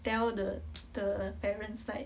tell the the parents like